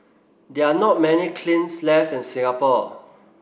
there are not many kilns left in Singapore